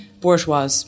Bourgeois